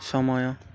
ସମୟ